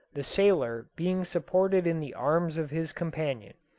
the sailor being supported in the arms of his companion,